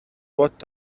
what